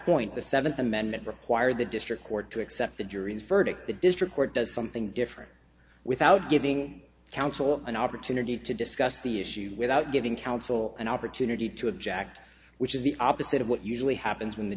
point the seventh amendment required the district court to accept the jury's verdict the district court does something different without giving counsel an opportunity to discuss the issue without giving counsel an opportunity to object which is the opposite of what usually happens when the